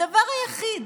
הדבר היחיד